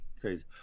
crazy